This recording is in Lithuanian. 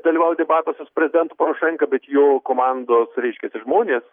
dalyvaut debatuose su prezidentu porošenka bet jo komandos reiškiasi žmonės